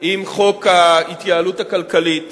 עם חוק ההתייעלות הכלכלית